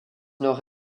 nord